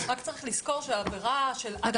רק צריך לזכור שהעבירה של עד